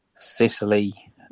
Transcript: Sicily